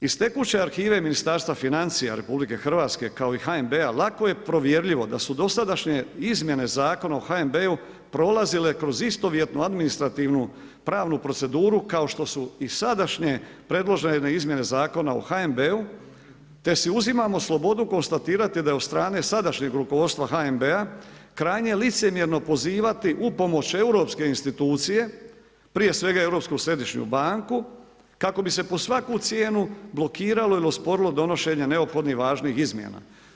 Iz tekuće arhive Ministarstva financija RH, kao i HNB-a, lako je provjerljivo da su dosadašnje izmjene Zakona o HNB-u prolazile kroz istovjetnu administrativnu pravnu proceduru, kao što su i sadašnje predložene izmjene Zakona o HNB-u, te si uzimamo slobodu konstatirati da je od strane sadašnjeg rukovodstva HNB-a krajnje licemjerno pozivati upomoć Europske institucije, prije svega Europsku središnju banku, kako bi se pod svaku cijenu blokiralo ili osporilo donošenje neophodnih važnih izmjena.